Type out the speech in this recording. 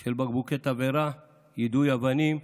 של בקבוקי תבערה, יידוי אבנים,